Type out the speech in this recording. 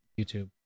YouTube